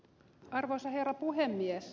arvoisa herra puhemies